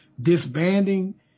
Disbanding